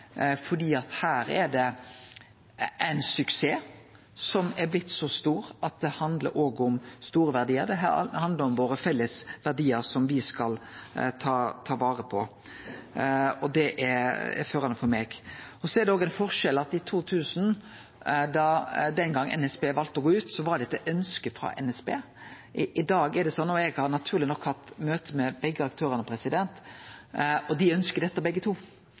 her er det ein suksess som har blitt så stor at det òg handlar om store verdiar, det handlar om våre felles verdiar som me skal ta vare på, og det er førande for meg. Så er det òg ein forskjell, og det er at i 2000 da den gongen NSB valde å gå ut, var det etter ønske frå NSB. I dag er det sånn, og eg har naturleg nok hatt møte med begge aktørane, at dei ønskjer dette begge to.